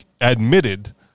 admitted